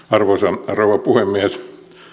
arvoisa rouva puhemies